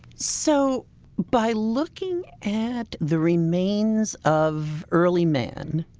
so by looking at the remains of early man,